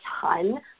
ton